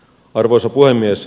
arvoisa puhemies